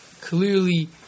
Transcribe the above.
clearly